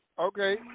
Okay